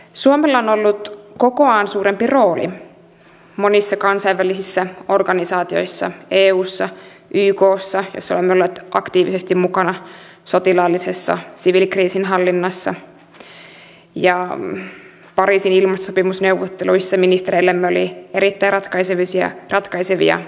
suomella on ollut kokoaan suurempi rooli monissa kansainvälisissä organisaatioissa eussa ykssa jossa olemme olleet aktiivisesti mukana sotilaallisessa siviilikriisinhallinnassa ja pariisin ilmastosopimusneuvotteluissa ministereillämme oli erittäin ratkaisevia rooleja